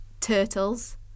Turtles